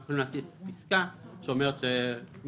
אנחנו יכולים להוסיף פסקה שאומרת שמי